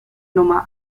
nummer